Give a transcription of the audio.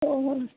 हो हो